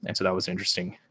and so that was interesting.